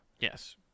Yes